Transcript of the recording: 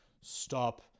stop